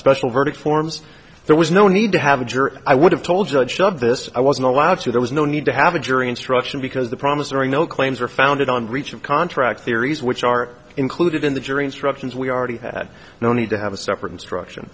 special verdict forms there was no need to have a juror i would have told judge of this i wasn't allowed to there was no need to have a jury instruction because the promissory note claims are founded on breach of contract theories which are included in the jury instructions we already had no need to have a separate instruction